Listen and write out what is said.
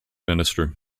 minister